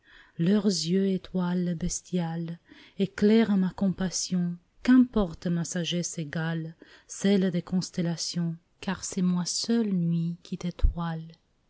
leurs yeux étoiles bestiales éclairent ma compassion qu'importe ma sagesse égale celle des constellations car c'est moi seul nuit qui